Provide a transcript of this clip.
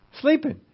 Sleeping